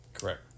correct